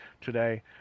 today